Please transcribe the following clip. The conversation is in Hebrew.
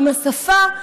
עם השפה?